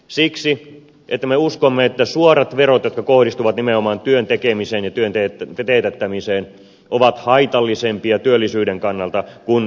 siksi että me uskomme että suorat verot jotka kohdistuvat nimenomaan työn tekemiseen ja työn teettämiseen ovat haitallisempia työllisyyden kannalta kuin välilliset verot